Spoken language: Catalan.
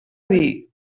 dir